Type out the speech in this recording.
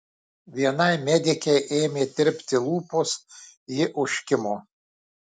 vienai medikei ėmė tirpti lūpos ji užkimo